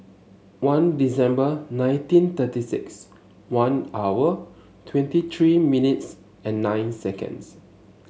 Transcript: one December nineteen thirty six one hour twenty three minutes and nine seconds